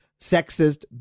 sexist